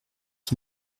qui